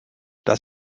das